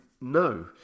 no